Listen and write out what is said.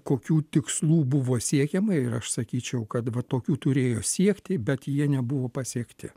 kokių tikslų buvo siekiama ir aš sakyčiau kad va tokių turėjo siekti bet jie nebuvo pasiekti